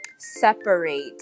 separate